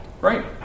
Right